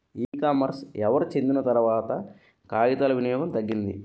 ఈ కామర్స్ ఎవరు చెందిన తర్వాత కాగితాల వినియోగం తగ్గింది